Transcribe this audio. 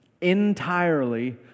entirely